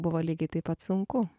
buvo lygiai taip pat sunku